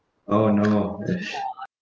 oh no